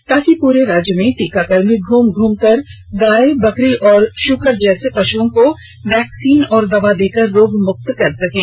तांकि पूरे राज्य में टीका कर्मी घूम घूम कर गाय बकरी और सुकर जैसे पशुओं को वैक्सीन व दवा देकर रोग मुक्त कर सकें